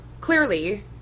clearly